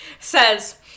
Says